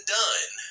done